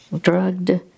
drugged